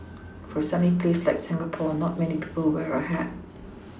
for a sunny place like Singapore not many people wear a hat